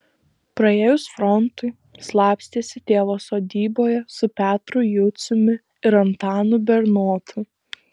praėjus frontui slapstėsi tėvo sodyboje su petru juciumi ir antanu bernotu